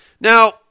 Now